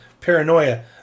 Paranoia